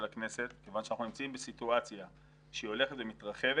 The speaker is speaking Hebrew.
הכנסת כיוון שאנחנו נמצאים בסיטואציה שהיא הולכת ומתרחבת